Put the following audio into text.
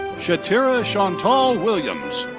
shatera shantaul williams.